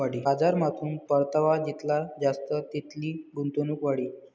बजारमाथून परतावा जितला जास्त तितली गुंतवणूक वाढी